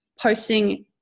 Posting